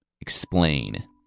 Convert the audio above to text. Explain